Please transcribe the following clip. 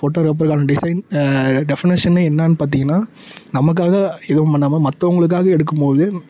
ஃபோட்டோகிராப்பருக்கான design டெஃபனிஷனே என்னான்னு பார்த்தீங்கன்னா நமக்காக எதுவும் பண்ணாமல் மற்றவங்களுக்காக எடுக்கும்போது